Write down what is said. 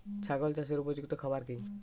ছাগল চাষের উপযুক্ত খাবার কি কি?